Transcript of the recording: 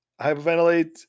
hyperventilate